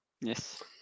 Yes